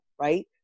right